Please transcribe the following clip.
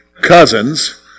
cousins